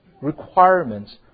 requirements